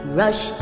rush